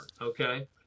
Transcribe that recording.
okay